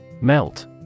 Melt